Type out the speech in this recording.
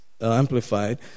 amplified